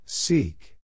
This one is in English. Seek